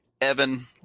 Evan